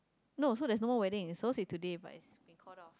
no so there's no more wedding it's supposed to be today but it's been called off